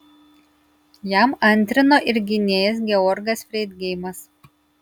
jam antrino ir gynėjas georgas freidgeimas